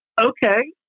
okay